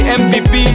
mvp